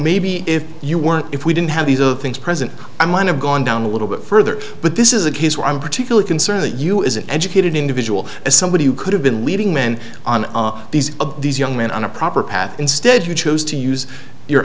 maybe if you weren't if we didn't have these other things present i'm line of gone down a little bit further but this is a case where i'm particularly concerned that you is an educated individual as somebody who could have been leading men on these of these young men on a proper path instead you chose to use your